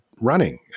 running